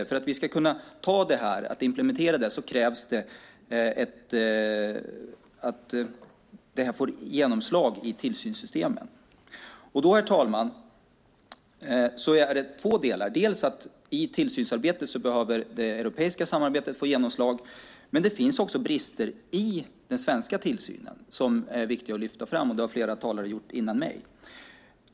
För att vi ska kunna implementera detta krävs att det får genomslag i tillsynssystemen. Då, herr talman, finns det två delar. Det gäller dels att det europeiska samarbetet behöver få genomslag i tillsynsarbetet, dels att det finns brister i den svenska tillsynen som är viktiga att lyfta fram, vilket flera talare har gjort före mig.